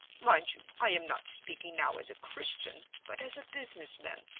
mind you, i am not speaking now as a christian, but as a businessman.